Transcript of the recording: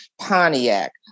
Pontiac